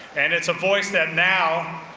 and it's a voice that now,